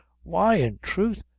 why, in troth,